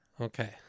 Okay